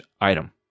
item